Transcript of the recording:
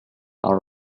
are